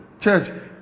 Church